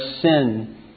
sin